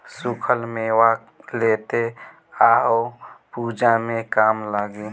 सुखल मेवा लेते आव पूजा में काम लागी